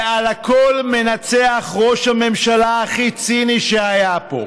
ועל הכול מנצח ראש הממשלה הכי ציני שהיה פה.